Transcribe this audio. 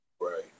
Right